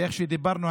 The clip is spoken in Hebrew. ואני אפרט את הדברים.